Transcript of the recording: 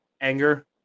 anger